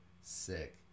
sick